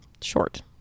short